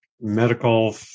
medical